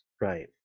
Right